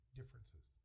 differences